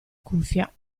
cuffia